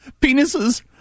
Penises